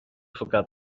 forgot